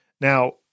Now